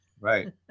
Right